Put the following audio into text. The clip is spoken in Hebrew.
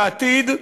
בעתיד,